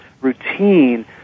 routine